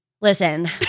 Listen